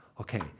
okay